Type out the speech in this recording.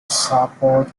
southport